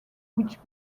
which